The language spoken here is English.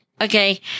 Okay